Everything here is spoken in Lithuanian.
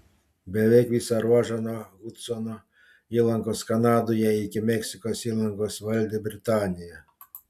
beveik visą ruožą nuo hudsono įlankos kanadoje iki meksikos įlankos valdė britanija